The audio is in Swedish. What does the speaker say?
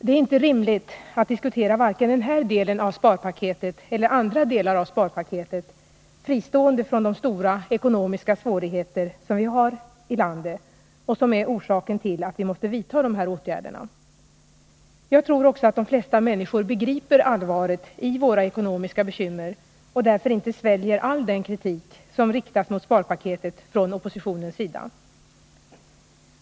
Det är inte rimligt att diskutera vare sig den här delen av sparpaketet eller andra delar av det fristående från de stora ekonomiska svårigheter som vi har i landet och som är orsaken till att vi måste vidta de här åtgärderna. Jag tror också att de flesta människor begriper allvaret i våra ekonomiska bekymmer och därför inte sväljer all den kritik som riktas mot sparpaketet från oppositionens sida.